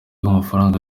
bw’amafaranga